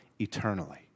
eternally